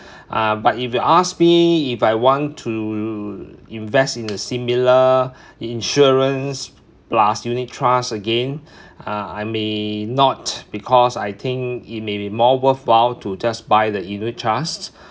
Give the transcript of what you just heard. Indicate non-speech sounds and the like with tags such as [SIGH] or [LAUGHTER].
uh but if you ask me if I want to invest in the similar insurance plus unit trust again [BREATH] uh I may not because I think it may be more worthwhile to just buy the unit trust